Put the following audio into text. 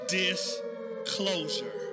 disclosure